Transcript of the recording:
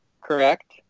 Correct